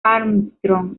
armstrong